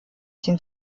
den